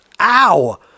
Ow